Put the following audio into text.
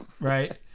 Right